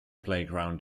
playground